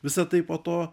visa tai po to